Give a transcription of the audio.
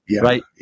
right